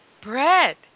bread